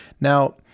Now